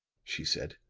she said.